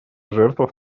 жертвах